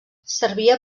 servia